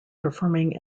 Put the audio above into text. performing